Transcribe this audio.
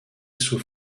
sous